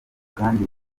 kandi